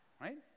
right